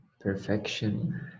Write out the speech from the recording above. Perfection